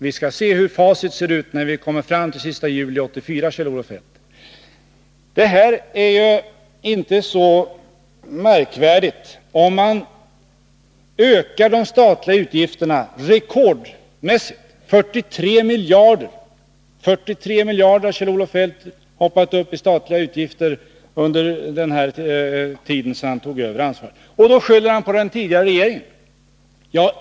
Vi skall se hur facit ser ut när vi kommer fram till den sista juli 1984, Kjell-Olof Feldt. Vad som hittills skett är ju inte så märkvärdigt. Men nu ökar de statliga utgifterna rekordmässigt. Under tiden sedan Kjell-Olof Feldt övertog ansvaret för ekonomin har de statliga utgifterna hoppat upp med 43 miljarder. Det skyller han sedan den tidigare regeringen för.